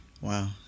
Wow